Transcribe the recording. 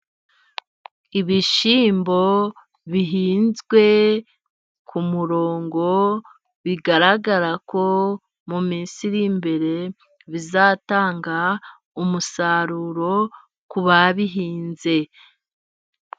Ibishyimbo bihinzwe ku murongo， bigaragara ko mu minsi iri imbere， bizatanga umusaruro ku babihinze.